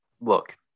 look